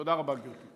תודה רבה, גברתי.